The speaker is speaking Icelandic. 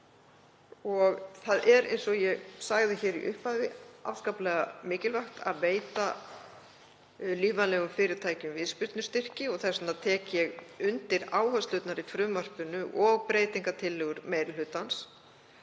þær eru og eins og ég sagði í upphafi er afskaplega mikilvægt að veita lífvænlegum fyrirtækjum viðspyrnustyrki og þess vegna tek ég undir áherslurnar í frumvarpinu og breytingartillögur meiri hlutans